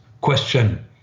question